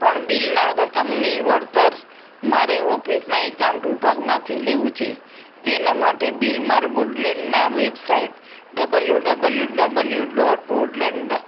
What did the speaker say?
પણ બિલના રકમની વળતર મારે ઓફિસનાં એકાઉન્ટ વિભાગમાંથી લેવું છે તેના માટે બિલ મારે વુડલેન્ડનાં website W W W dot Woodland